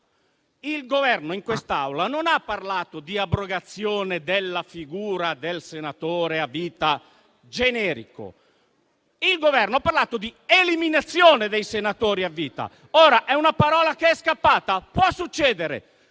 il Governo in quest'Aula non ha parlato di abrogazione della figura del senatore a vita generico. Il Governo ha parlato di eliminazione dei senatori a vita. Ora, è una parola che è scappata e può succedere,